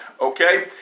okay